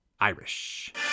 Irish